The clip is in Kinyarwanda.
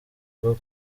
rwo